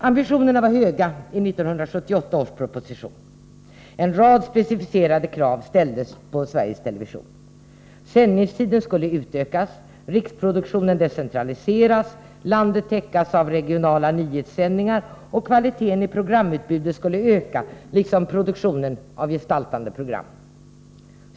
Ambitionerna var höga i 1978 års proposition. En rad specificerade krav ställdes på Sveriges Television. Sändningstiden skulle utökas, riksproduktionen decentraliseras, landet täckas av regionala nyhetssändningar och kvaliteten i programutbudet öka, liksom produktionen av gestaltande program.